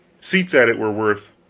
seats at it were worth